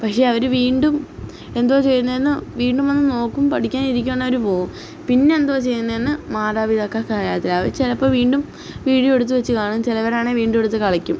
പക്ഷെ അവര് വീണ്ടും എന്തോ ചെയ്യുന്നേന്ന് വീണ്ടും വന്നു നോക്കും പഠിക്കാനിരിക്കുകയാണെങ്കില് അവര് പോവും പിന്നെ എന്തുവാ ചെയ്യുന്നതെന്ന് മാതാപിതാക്കൾക്കറിയത്തില്ല അവര് ചിലപ്പോള് വീണ്ടും വീഡിയോ എടുത്തുവെച്ച് കാണും ചിലവരാണെങ്കില് വീണ്ടും എടുത്ത് കളിക്കും